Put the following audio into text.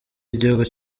y’igihugu